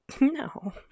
No